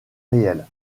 réel